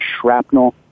shrapnel